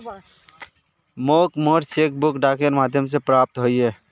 मोक मोर cheque book डाकेर माध्यम से प्राप्त होइए